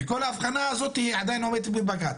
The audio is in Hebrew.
וכל ההבחנה הזאת עדיין עומדת בבג"ץ.